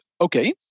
okay